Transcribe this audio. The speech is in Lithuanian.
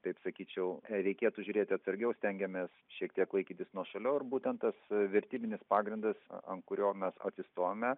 taip sakyčiau reikėtų žiūrėti atsargiau stengiamės šiek tiek laikytis nuošaliau ir būtent tas vertybinis pagrindas ant kurio mes atsistojome